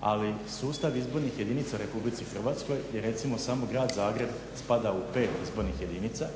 ali sustav izbornih jedinica u Republici Hrvatskoj je, recimo samo grad Zagreb spada u pet izbornih jedinica,